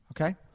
Okay